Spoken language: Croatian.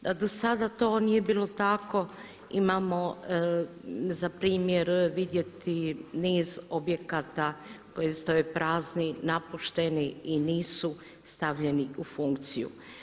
Da do sada to nije bilo tako imamo za primjer vidjeti niz objekata koji stoje prazni, napušteni i nisu stavljeni u funkciju.